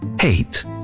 Hate